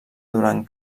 durant